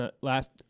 last